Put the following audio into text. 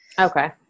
Okay